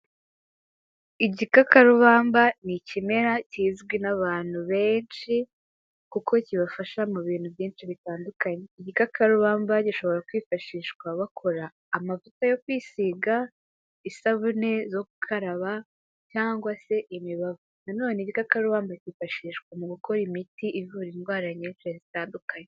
Igikakarubamba ni ikimera kizwi n'abantu benshi, kuko kibafasha mu bintu byinshi bitandukanye, igikakarubamba gishobora kwifashishwa bakora amavuta yo kwisiga, isabune zo gukaraba cyangwa se imibavu, nanone igikakarubamba kifashishwa mu gukora imiti ivura indwara nyinshi zitandukanye.